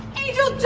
angel,